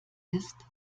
ist